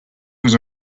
was